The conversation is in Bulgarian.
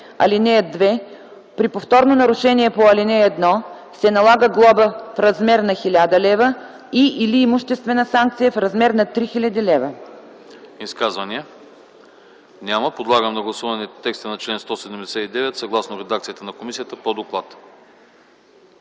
лв. (3) При повторно нарушение по ал. 1 и 2 се налага глоба в размер на 1000 лв. и/или имуществена санкция в размер на 6000 лв.